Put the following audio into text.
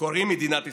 קוראים מדינת ישראל.